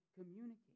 communicate